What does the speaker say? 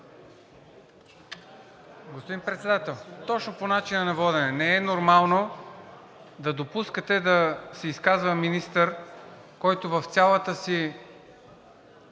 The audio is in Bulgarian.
Господин Председател, точно по начина на водене. Не е нормално да допускате да се изказва министър, който в цялото си